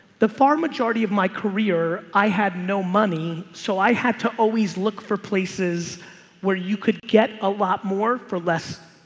the far majority of my career i had no money so i had to always look for places where you could get a lot more for less.